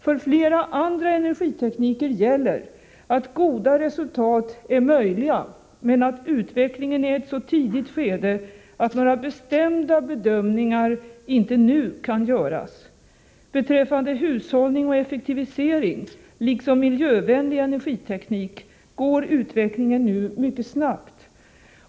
För flera andra energitekniker gäller att goda resultat är möjliga, men att utvecklingen är i ett så tidigt skede att några bestämda bedömningar inte nu kan göras. Beträffande hushållning och effektivisering liksom miljövänlig energiteknik går utvecklingen nu mycket snabbt.